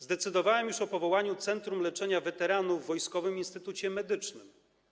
Zdecydowałem już o powołaniu centrum leczenia weteranów w Wojskowym Instytucie Medycznym.